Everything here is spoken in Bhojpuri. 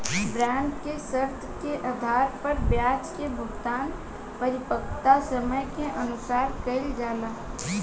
बॉन्ड के शर्त के आधार पर ब्याज के भुगतान परिपक्वता समय के अनुसार कईल जाला